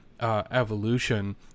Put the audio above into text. evolution